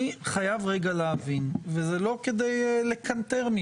אני חייב להבין ולא כדי לקנטר,